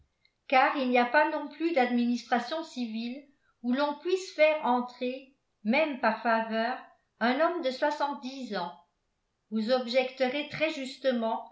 car il n'y a pas non plus d'administration civile où l'on puisse faire entrer même par faveur un homme de soixante-dix ans vous objecterez très justement